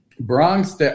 Bronx